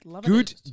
Good